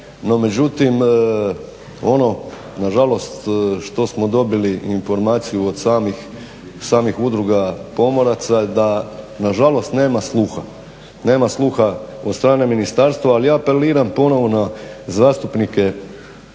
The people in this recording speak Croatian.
nažalost što smo dobili informaciju od samih udruga pomoraca da nažalost nema sluha. Nema sluha od strane ministarstva. Ali ja apeliram ponovo na zastupnike